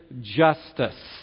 justice